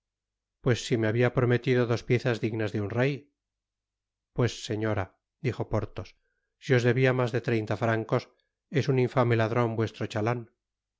pues si me habia prometido dos piezas dignas de un rey pues señora dijo porthos si os debia mas de treinta francos es un infame ladron vuestro chalan